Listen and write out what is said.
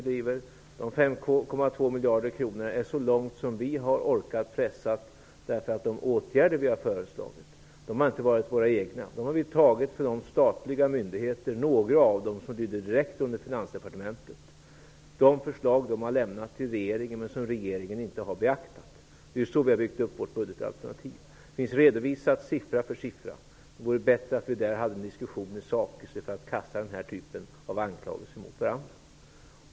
Dessa 5,2 miljarder kronor är så långt som vi har orkat pressa, och de åtgärder som vi har föreslagit har inte varit våra egna. Det är förslag som vi har övertagit från statliga myndigheter, varav några lyder direkt under Finansdepartementet. Detta är förslag som dessa myndigheter har lämnat till regeringen, men som regeringen inte har beaktat. Det är så vi har byggt upp vårt budgetalternativ, där allt finns redovisat siffra för siffra. Det vore bättre att föra en diskussion i sak i stället för att kasta den här typen av anklagelser mot varandra.